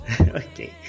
okay